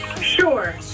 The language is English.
Sure